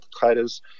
applicators